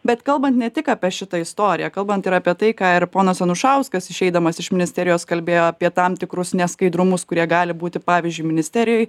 bet kalbant ne tik apie šitą istoriją kalbant ir apie tai ką ir ponas anušauskas išeidamas iš ministerijos kalbėjo apie tam tikrus neskaidrumus kurie gali būti pavyzdžiui ministerijoj